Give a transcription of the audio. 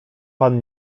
pan